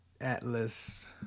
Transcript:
Atlas